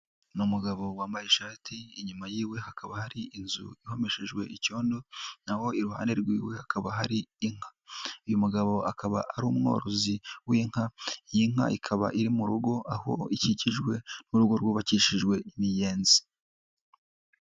Ni umugabo wambaye ishati, inyuma yiwe hakaba hari inzu imeshejwe icyondo, naho iruhande rw'iwe hakaba hari inka. Uyu mugabo akaba ari umworozi w'inka, iy'inka ikaba iri mu rugo, aho ikikijwe n'urugo rwubakishijwe imiyenzi.